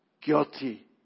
guilty